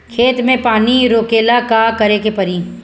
खेत मे पानी रोकेला का करे के परी?